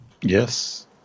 Yes